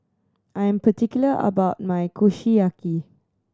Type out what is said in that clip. I am particular about my Kushiyaki